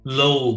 low